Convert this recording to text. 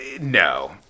no